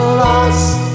lost